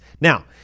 Now